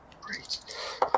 Great